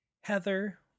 Heather